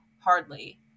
hardly